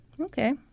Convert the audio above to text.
Okay